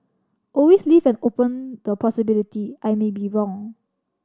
always leave open the possibility I may be wrong